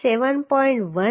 1